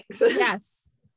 Yes